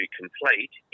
complete